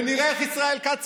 ונראה איך יצביע ישראל כץ,